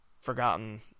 forgotten